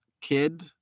kid